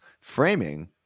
framing